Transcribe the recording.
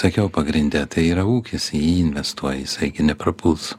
sakiau pagrinde tai yra ūkis į jį investuoji jisai neprapuls